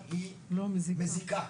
היא לא מזיקה.